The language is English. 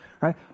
right